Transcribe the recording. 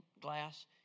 glass